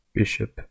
Bishop